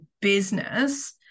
business